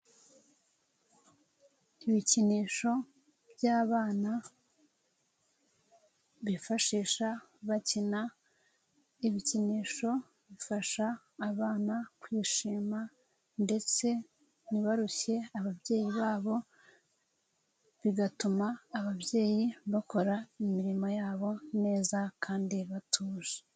Ibikinisho by'abana bifashisha bakina, ibikinisho bifasha abana kwishima ndetse ntibarushye ababyeyi babo, bigatuma ababyeyi bakora imirimo yabo neza kandi batuje.